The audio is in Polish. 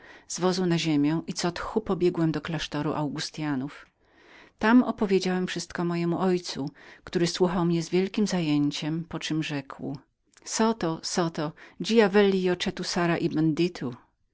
z wozu na ziemię i co tchu pobiegłem do klasztoru augustyanów tam opowiedziałem wszystko memu ojcu który słuchał mnie z wielkiem zajęciem po czem rzekł zoto zoto gia vegio che tu sarai